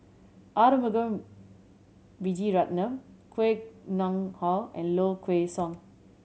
Arumugam Vijiaratnam Koh Nguang How and Low Kway Song